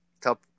Tell